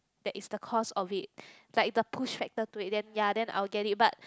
that is the cause of it like is the push factor to it then ya then I will get it but